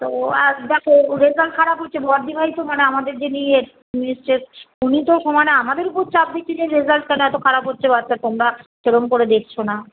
তো ও আর দেখো রেজাল্ট খারাপ হয়েছে বড়দিভাই তো মানে আমাদের যিনি হেড মিস্ট্রেস উনি তো সমানে আমাদের উপর চাপ দিচ্ছে যে রেজাল্ট কেন এত খারাপ হচ্ছে বাচ্চার তোমরা সেরকম করে দেখছো না